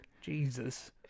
Jesus